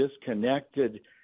disconnected